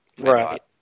Right